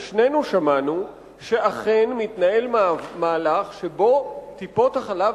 ושנינו שמענו שאכן מתנהל מהלך שבו טיפות-החלב